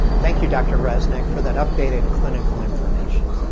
thank you, dr. reznik, for that updated clinical information.